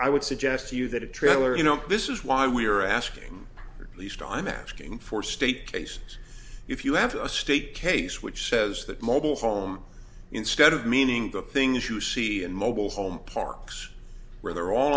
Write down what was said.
i would suggest to you that a trailer you know this is why we are asking or least i'm asking for state cases if you have a state case which says that mobile home instead of meaning the things you see in mobile home parks where they're all